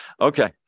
Okay